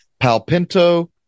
Palpinto